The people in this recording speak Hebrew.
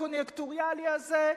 הקוניוקטוריאלי הזה,